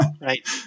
Right